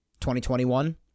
2021